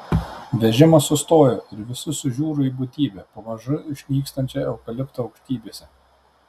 vežimas sustojo ir visi sužiuro į būtybę pamažu išnykstančią eukalipto aukštybėse